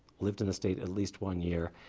lived in the state at least one year,